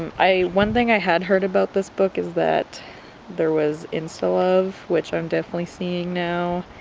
um i one thing i had heard about this book is that there was insta love which i'm definitely seeing now